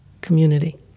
community